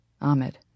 Ahmed